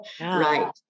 right